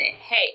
Hey